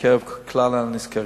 בקרב כלל הנסקרים.